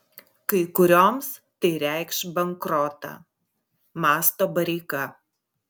kai kurioms tai reikš bankrotą mąsto bareika